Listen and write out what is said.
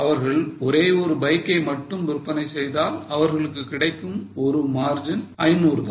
அவர்கள் ஒரே ஒரு பைக் மட்டும் விற்பனை செய்தால் அவர்களுக்கு கிடைக்கும் ஒரு margin 500 தான்